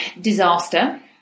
disaster